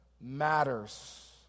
matters